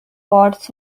wards